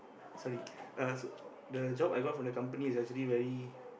sorry uh so the job I got from the company is actually very